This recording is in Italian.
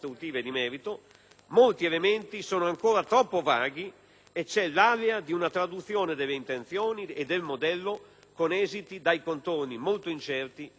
molti elementi sono ancora troppo vaghi e c'è l'alea di una traduzione delle intenzioni e del modello con esiti dai contorni molto incerti e problematici.